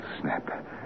snap